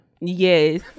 Yes